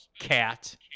cat